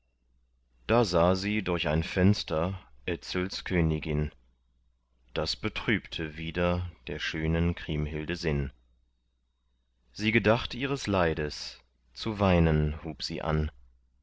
da sah sie durch ein fenster etzels königin das betrübte wieder der schönen kriemhilde sinn sie gedacht ihres leides zu weinen hub sie an